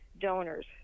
donors